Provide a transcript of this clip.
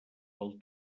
pel